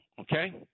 Okay